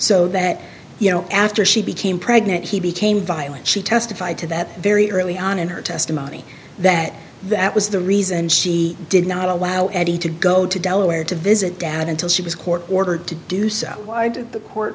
so that you know after she became pregnant he became violent she testified to that very early on in her testimony that that was the reason she did not allow eddie to go to delaware to visit dad until she was court ordered to do so why did the court